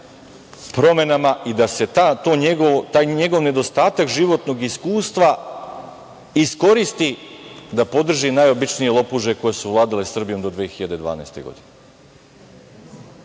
promenama i da se taj njegov nedostatak životnog iskustva iskoristi da podrži najobičnije lopuže koje su vladale Srbijom do 2012. godine. Evo,